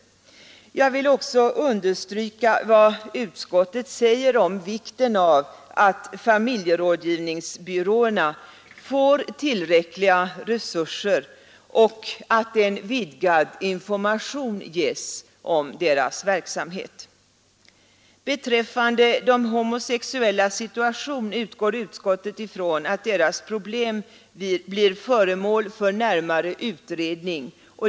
Jag vill också understryka vad utskottet säger om vikten av att familjerådgivningsbyråerna får tillräckliga resurser och att en vidgad information ges om deras verksamhet. Beträffande de homosexuellas situation utgår utskottet ifrån att deras problem blir föremål för närmare utredning.